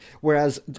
Whereas